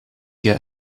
get